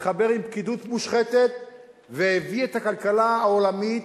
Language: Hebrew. התחבר עם פקידות מושחתת והביא את הכלכלה העולמית,